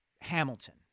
Hamilton